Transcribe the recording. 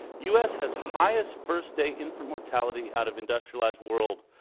u s. has highest first-day infant mortality out of industrialized world,